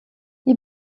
die